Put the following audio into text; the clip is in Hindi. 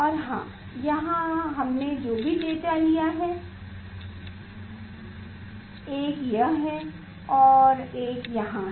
और यहां हमने जो भी डेटा लिया है एक यह है और एक यहाँ है